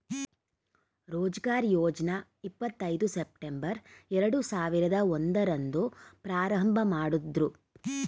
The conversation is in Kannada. ರೋಜ್ಗಾರ್ ಯೋಜ್ನ ಇಪ್ಪತ್ ಐದು ಸೆಪ್ಟಂಬರ್ ಎರಡು ಸಾವಿರದ ಒಂದು ರಂದು ಪ್ರಾರಂಭಮಾಡುದ್ರು